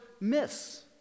miss